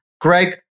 Greg